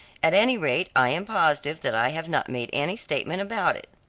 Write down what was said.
at any rate i am positive that i have not made any statement about it.